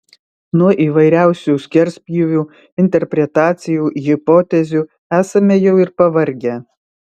nuo įvairiausių skerspjūvių interpretacijų hipotezių esame jau ir pavargę